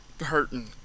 hurting